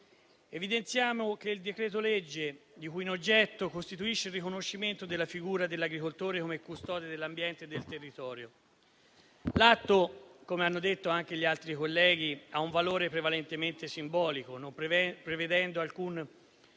evidenziamo che il decreto-legge di cui in oggetto costituisce il riconoscimento della figura dell'agricoltore come custode dell'ambiente e del territorio. L'atto, come hanno detto anche gli altri colleghi, ha un valore prevalentemente simbolico, non prevedendo alcun